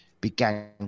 began